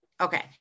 Okay